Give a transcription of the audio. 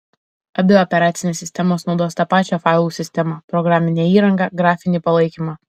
abi operacinės sistemos naudos tą pačią failų sistemą programinę įrangą grafinį palaikymą